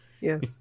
Yes